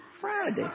Friday